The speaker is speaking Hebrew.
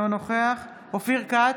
אינו נוכח אופיר כץ,